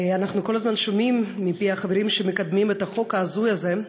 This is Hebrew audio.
אנחנו כל הזמן שומעים מפי החברים שמקדמים את החוק ההזוי הזה,